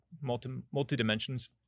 multi-dimensions